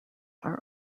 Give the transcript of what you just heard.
are